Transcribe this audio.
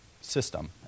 system